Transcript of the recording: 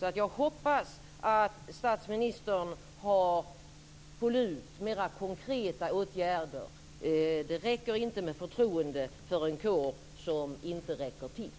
Jag hoppas att statsministern har på lut mera konkreta åtgärder. Det räcker inte med förtroende för en kår som inte räcker till.